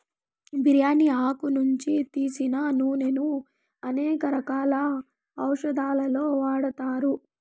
బిర్యాని ఆకు నుంచి తీసిన నూనెను అనేక రకాల ఔషదాలలో వాడతారు